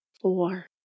four